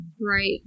Right